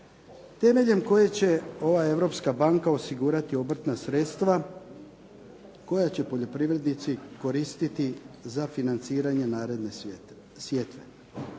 temeljem koje će ova Europska banka osigurati obrtna sredstva koja će poljoprivrednici koristiti za financiranje naredne sjetve.